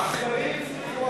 השרים,